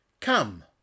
Come